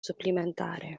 suplimentare